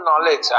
knowledge